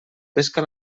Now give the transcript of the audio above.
pesca